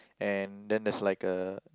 and then there's like a